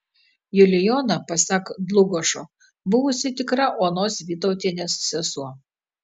julijona pasak dlugošo buvusi tikra onos vytautienės sesuo